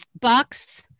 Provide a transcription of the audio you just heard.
Bucks